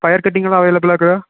பயர் கட்டிங்குலாம் அவைலபுளா இருக்குதா